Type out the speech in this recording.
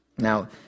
Now